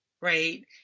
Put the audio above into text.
right